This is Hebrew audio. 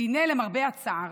והינה, למרבה הצער,